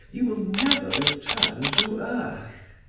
you will never return to earth!